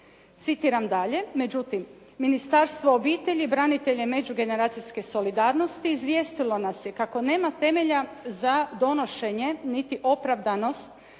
Citiram dalje: "Međutim, Ministarstvo obitelji, branitelja i međugeneracijske solidarnosti izvijestilo nas je kako nema temelja za donošenje niti opravdanost",